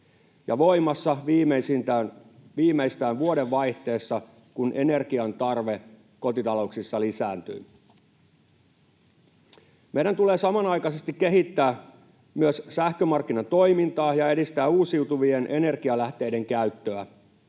ja voimassa viimeistään vuodenvaihteessa, kun energian tarve kotitalouksissa lisääntyy? Meidän tulee samanaikaisesti kehittää myös sähkömarkkinan toimintaa ja edistää uusiutuvien energialähteiden käyttöä.